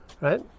Right